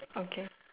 okay